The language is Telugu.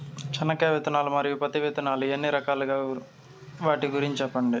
చెనక్కాయ విత్తనాలు, మరియు పత్తి విత్తనాలు ఎన్ని రకాలు వాటి గురించి సెప్పండి?